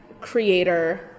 creator